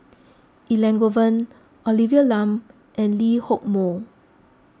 Elangovan Olivia Lum and Lee Hock Moh